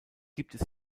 gibt